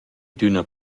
d’üna